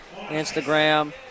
instagram